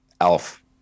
Elf